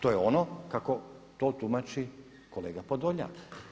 To je ono kako to tumači kolega Podolnjak.